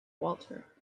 walter